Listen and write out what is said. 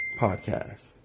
Podcast